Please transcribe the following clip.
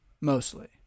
mostly